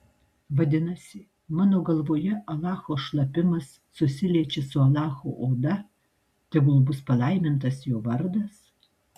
vadinasi mano galvoje alacho šlapimas susiliečia su alacho oda tegul bus palaimintas jo vardas